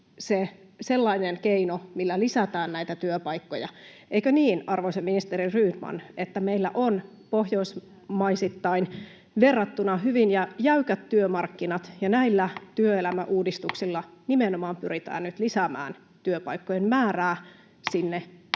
sellainen keino, millä lisätään näitä työpaikkoja. Eikö niin, arvoisa ministeri Rydman, että meillä on pohjoismaisittain verrattuna hyvin jäykät työmarkkinat ja näillä työelämäuudistuksilla nimenomaan pyritään nyt lisäämään työpaikkojen [Puhemies